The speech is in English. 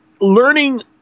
Learning